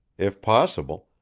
if possible,